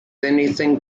anything